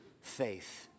faith